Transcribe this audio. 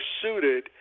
suited